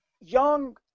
young